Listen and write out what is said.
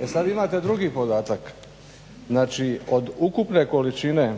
E sad imate drugi podatak, znači od ukupne količine